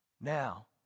Now